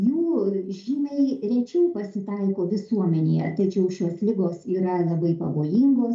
jų žymiai rečiau pasitaiko visuomenėje tačiau šios ligos yra labai pavojingos